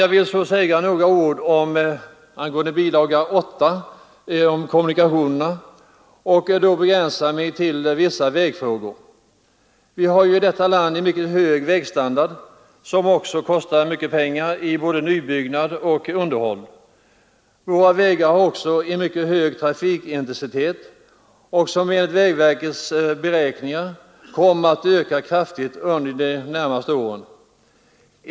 Jag vill så säga några ord i anslutning till bilaga 8 till statsverkspropositionen, kommunikationsdepartementet, och då begränsa mig till vissa vägfrågor. Vi har ju i vårt land en mycket hög vägstandard som kostar mycket pengar i både nybyggnad och underhåll. Våra vägar har också en mycket hög trafikintensitet, som enligt vägverkets beräkningar kommer att öka kraftigt under de närmaste åren.